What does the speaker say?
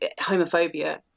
homophobia